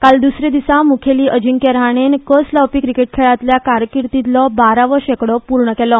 काल द्सऱ्या दिसा मुखेली अजिंक्य रहाणेन कस लावपी क्रिकेट खेळातल्या कारकिर्दीतलो बारावो शेकडो पूर्ण केलो